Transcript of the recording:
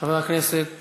חבר הכנסת